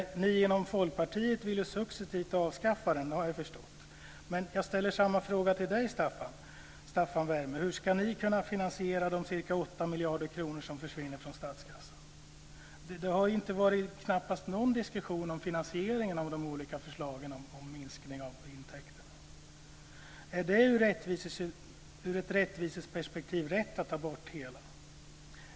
Att ni i Folkpartiet successivt vill avskaffa den har jag förstått men jag ställer samma fråga till Staffan Werme: Hur ska ni kunna finansiera de ca 8 miljarder kronor som försvinner från statskassan? Det har ju knappt varit någon diskussion om finansieringen av de olika förslagen när det gäller minskade intäkter. Är det i ett rättviseperspektiv rätt att ta bort hela det?